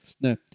No